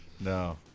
No